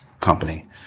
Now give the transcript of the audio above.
company